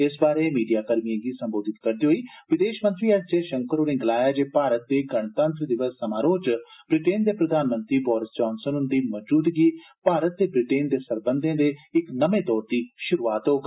इस बारै मीडिया कर्मिएं गी संबोधित करदे होई विदेश मंत्री एस जयशंकर होरें गलाया जे भारत दे गणतंत्र दिवस समारोह च ब्रिटेन दे प्रधानमंत्री बोरिस जानसन हृंदी मौजूदगी भारत ते ब्रिटेन दे सरबंधें दे इक नमें दौर दी शुरुआत गी दर्शांग